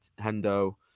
Hendo